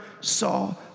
saw